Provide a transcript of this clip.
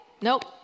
Nope